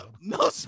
no